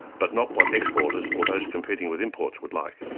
but not what exporters or those competing with imports would like.